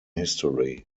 history